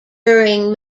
during